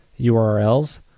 URLs